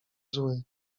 zły